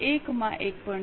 1 માં 1